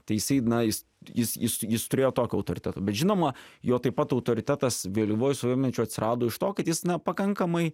ta isai na is jis jis jis turėjo tokį autoritetą bet žinoma jo taip pat autoritetas vėlyvuoju soviemečiu atsirado iš to kad jis na pakankamai